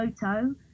photo